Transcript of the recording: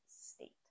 state